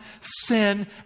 sin